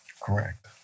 Correct